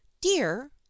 Dear